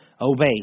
Obey